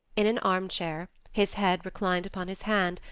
in an arm-chair, his head reclined upon his hand,